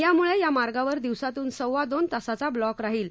यामुळे या मार्गावर दिवसातून सव्वा दोन तासाचा ब्लॉक राहील